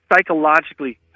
psychologically